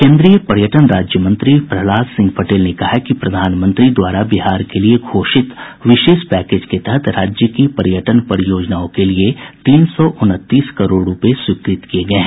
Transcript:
केन्द्रीय पर्यटन राज्य मंत्री प्रहलाद सिंह पटेल ने कहा है कि प्रधानमंत्री द्वारा बिहार के लिए घोषित विशेष पैकेज के तहत राज्य की पर्यटन परियोजनाओं के लिए तीन सौ उनतीस करोड़ रूपये स्वीकृत किये गये हैं